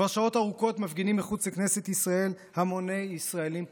כבר שעות ארוכות מפגינים מחוץ לכנסת ישראל המוני ישראלים פטריוטים.